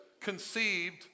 conceived